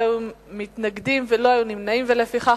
הקלת התנאים לאישור תוכנית חיזוק),